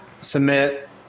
submit